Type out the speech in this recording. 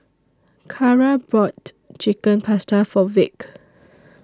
Carra bought Chicken Pasta For Vick